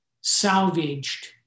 salvaged